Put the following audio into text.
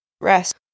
rest